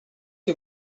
que